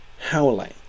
howling